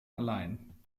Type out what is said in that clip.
allein